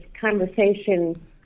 conversation